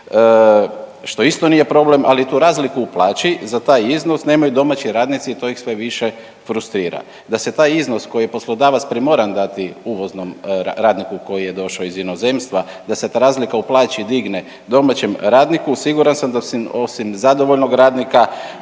što isto nije problem, ali tu razliku u plaći za taj iznos nemaju domaći radnici i to ih sve više frustrira. Da se taj iznos koji je poslodavac primoran dati uvoznom radniku koji je došao iz inozemstva, da se ta razlika u plaći digne domaćem radniku siguran sam da osim zadovoljnog radnika